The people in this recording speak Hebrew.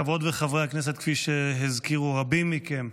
חברות וחברי הכנסת, כפי שהזכירו רבים מכם,